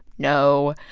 no.